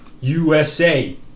usa